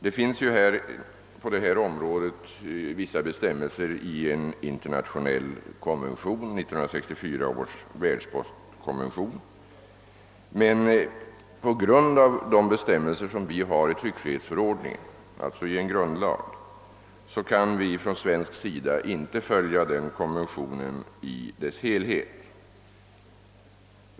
Det finns på detta område vissa bestämmelser, som antagits i 1964 års världspostkonvention. På grund av bestämmelserna i vår tryckfrihetsförordning, d.v.s. en av grundlagarna, kan vi från svensk sida inte följa denna konvention i dess helhet.